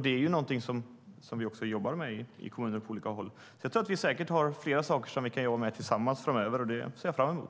Det är någonting som vi jobbar med i kommuner på olika håll. Jag tror att vi har flera saker som vi kan jobba med tillsammans framöver. Det ser jag fram emot.